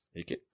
Okay